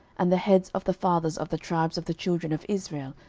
and the heads of the fathers of the tribes of the children of israel,